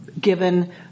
given